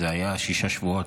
זה היה שישה שבועות,